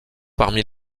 parmi